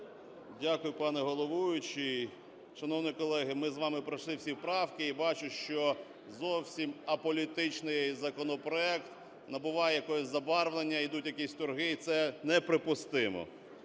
Дякую, пане головуючий. Шановні колеги, ми з вами пройшли всі правки, і бачу, що зовсім аполітичний законопроект набуває якогось забарвлення, йдуть якісь торги, це неприпустимо.